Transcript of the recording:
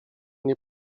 nie